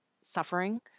suffering